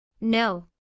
No